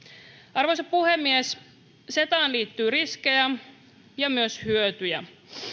arvoisa puhemies cetaan liittyy riskejä ja myös hyötyjä